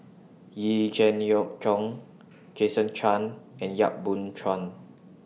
Yee Jenn Jong Jason Chan and Yap Boon Chuan